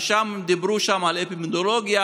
כשדיברו שם על אפידמיולוגיה,